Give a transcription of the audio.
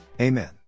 Amen